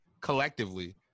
collectively